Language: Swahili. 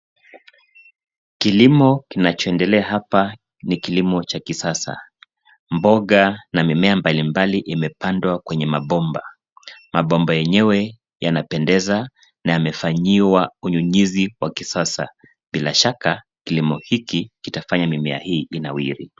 Kilimo kinachoendelea hapa ni kilimo cha kisasa. Mboga na mimea mbalimbali imepandwa kwenye mabomba. Mabomba yenyewe yanapendeza na yamefanyiwa unyunyizi wa kisasa bila shaka kilimo hiki kitafanya mimea hii inawiri.